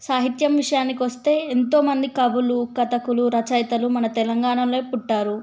సాహిత్యం విషయానికి వస్తే ఎంతోమంది కవులు కథకులు రచయితలు మన తెలంగాణలో పుట్టారు